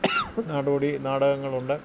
നാടോടി നാടകങ്ങളുണ്ട്